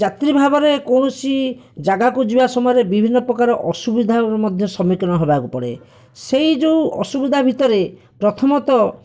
ଯାତ୍ରୀ ଭାବରେ କୌଣସି ଜାଗାକୁ ଯିବା ସମୟରେ ବିଭିନ୍ନ ପ୍ରକାର ଅସୁବିଧାର ମଧ୍ୟ ସମ୍ମୁଖୀନ ହେବାକୁ ପଡ଼େ ସେହିଯେଉଁ ଅସୁବିଧାର ଭିତରେ ପ୍ରଥମତଃ